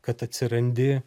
kad atsirandi